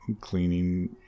cleaning